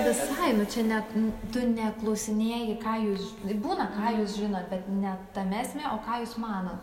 visai nu čia ne nu tu neklausinėji ką jūs ž būna ką jūs žinot bet ne tame esmė o ką jūs manot